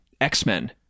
x-men